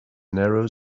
narrow